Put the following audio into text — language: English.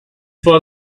for